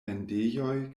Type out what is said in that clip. vendejoj